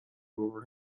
over